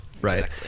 Right